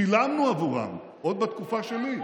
שילמנו עבורם עוד בתקופה שלי.